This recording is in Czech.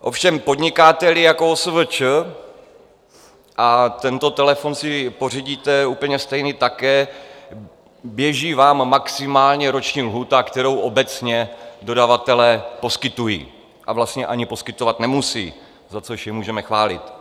Ovšem podnikáteli jako OSVČ a tento telefon si pořídíte úplně stejný také, běží vám maximálně roční lhůta, kterou obecně dodavatelé poskytují, a vlastně ani poskytovat nemusí, za což je můžeme chválit.